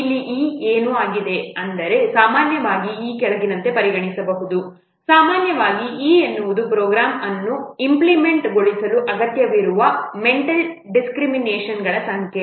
ಇಲ್ಲಿ E ಏನು ಆಗಿದೆ ಅಂದರೆ ಸಾಮಾನ್ಯವಾಗಿ ಈ ಕೆಳಗಿನಂತೆ ಪರಿಗಣಿಸಬಹುದು ಸಾಮಾನ್ಯವಾಗಿ E ಎನ್ನುವುದು ಪ್ರೋಗ್ರಾಂ ಅನ್ನು ಇಂಪ್ಲಿಮೆಂಟ್ಗೊಳಿಸಲು ಅಗತ್ಯವಿರುವ ಮೆಂಟಲ್ ಡಿಸ್ಕ್ರಿಮಿನೇಷನ್ಗಳ ಸಂಖ್ಯೆ